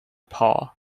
paw